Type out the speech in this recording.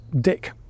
Dick